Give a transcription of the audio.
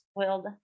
spoiled